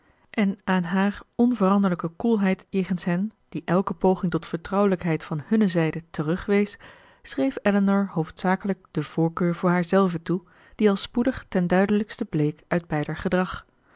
en aan haar onveranderlijke koelheid jegens hen die elke poging tot vertrouwelijkheid van hunne zijde terugwees schreef elinor hoofdzakelijk de voorkeur voor haarzelve toe die al spoedig ten duidelijkste bleek uit beider gedrag